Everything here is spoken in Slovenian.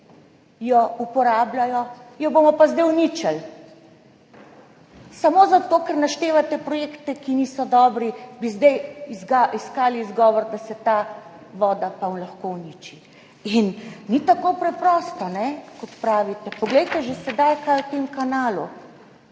jo uporabljajo, zdaj jo bomo pa uničili. Samo zato, ker naštevate projekte, ki niso dobri, bi zdaj iskali izgovor, da se pa ta voda lahko uniči. In ni tako preprosto, kot pravite. Poglejte, kaj je v tem kanalu